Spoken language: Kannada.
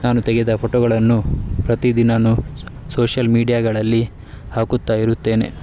ನಾನು ತೆಗೆದ ಫೊಟೊಗಳನ್ನು ಪ್ರತೀ ದಿನನೂ ಸೋಶ್ಯಲ್ ಮೀಡ್ಯಾಗಳಲ್ಲಿ ಹಾಕುತ್ತಾ ಇರುತ್ತೇನೆ